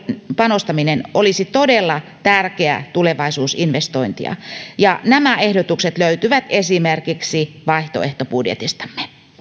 panostaminen olisi todella tärkeää tulevaisuusinvestointia ja nämä ehdotukset löytyvät esimerkiksi vaihtoehtobudjetistamme